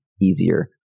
easier